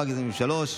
התשפ"ג 2023,